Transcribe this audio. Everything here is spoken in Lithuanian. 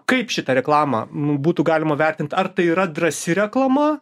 kaip šitą reklamą būtų galima vertint ar tai yra drąsi reklama